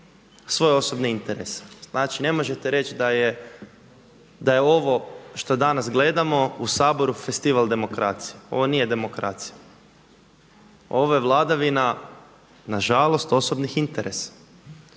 svoje osobne interese. Znači, ne možete reći da je ovo što danas gledamo u Saboru festival demokracije. Ovo nije demokracija. Ovo je vladavina na žalost osobnih interesa.